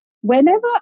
Whenever